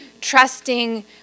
trusting